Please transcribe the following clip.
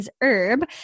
herb